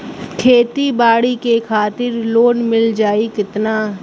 खेती बाडी के खातिर लोन मिल जाई किना?